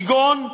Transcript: כגון,